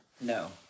No